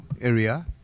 area